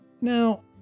Now